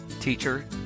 teacher